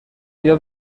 بیا